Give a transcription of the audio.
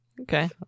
Okay